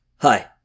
Hi